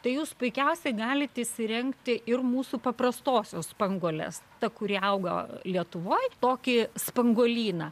tai jūs puikiausiai galit įsirengti ir mūsų paprastosios spanguolės ta kuri auga lietuvoj tokį spanguolyną